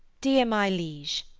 dear my liege,